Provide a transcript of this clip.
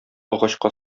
агачка